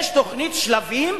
יש תוכנית שלבים,